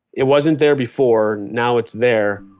it wasn't there before. now it's there,